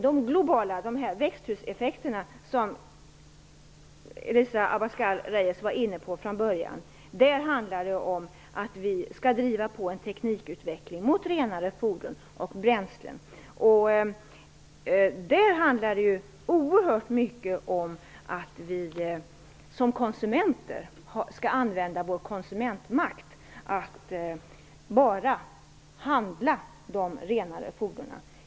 De globala effekterna, växthuseffekterna, tog Elisa Abascal Reyes upp. Där handlar det om att vi skall driva på en teknikutveckling mot renare fordon och bränslen. Det är då i oerhört hög grad fråga om att vi som konsumenter skall använda vår konsumentmakt och bara köpa de renare fordonen.